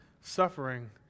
suffering